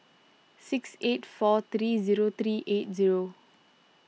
six eight four three zero three eight zero